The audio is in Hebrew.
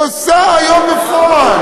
עושה היום בפועל.